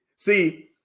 See